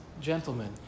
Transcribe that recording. gentlemen